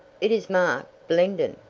it is marked blenden!